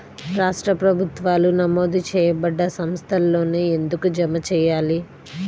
రాష్ట్ర ప్రభుత్వాలు నమోదు చేయబడ్డ సంస్థలలోనే ఎందుకు జమ చెయ్యాలి?